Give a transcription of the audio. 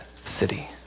city